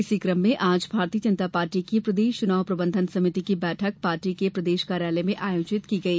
इसी क्रम में आज भारतीय जनता पार्टी की प्रदेश चुनाव प्रबंधन समिति की बैठक पार्टी के प्रदेश कार्यालय में आयोजित की गई